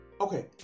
Okay